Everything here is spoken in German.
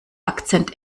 akzent